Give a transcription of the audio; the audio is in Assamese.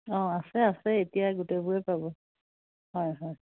অঁ আছে আছে এতিয়া গোটেইবোৰেই পাব হয় হয়